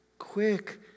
quick